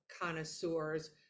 connoisseurs